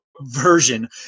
version